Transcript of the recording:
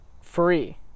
free